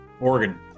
Oregon